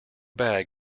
bag